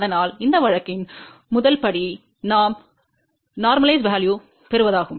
அதனால் அந்த வழக்கின் முதல் படி நாம் இயல்பாக்குதல் மதிப்பைப் பெறுவதாகும்